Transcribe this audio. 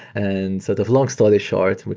and sort of long story short,